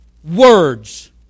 Words